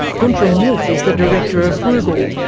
guntram wolff is the director of bruegel,